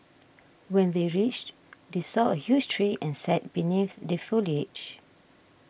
when they reached they saw a huge tree and sat beneath the foliage